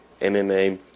MMA